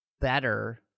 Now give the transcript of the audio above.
better